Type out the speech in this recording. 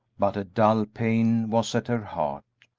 but a dull pain was at her heart,